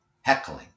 heckling